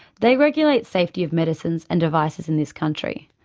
they regulate safety of medicines and devices in this country.